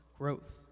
growth